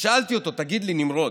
שאלתי אותו: תגיד לי, נמרוד,